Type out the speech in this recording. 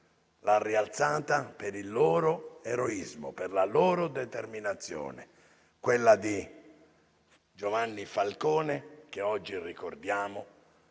più forte per il loro eroismo, per la loro determinazione. La figura di Giovanni Falcone, che oggi ricordiamo,